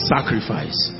Sacrifice